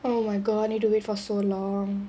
oh my god need to wait for so long